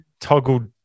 toggled